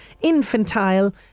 infantile